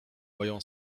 moją